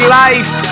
life